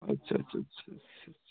আচ্ছা আচ্ছা আচ্ছা আচ্ছা আচ্ছা